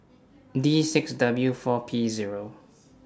D six W four P Zero